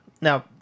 Now